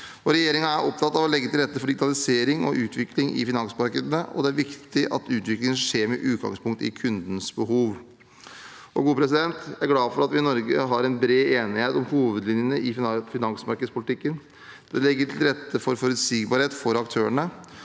Regjeringen er opptatt av å legge til rette for digitalisering og utvikling i finansmarkedene, og det er viktig at utviklingen skjer med utgangspunkt i kundens behov. Jeg er glad for at vi i Norge har en bred enighet om hovedlinjene i finansmarkedspolitikken. Det legger til rette for forutsigbarhet for aktørene